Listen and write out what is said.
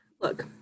Look